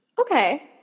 Okay